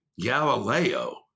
Galileo